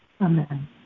Amen